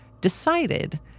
decided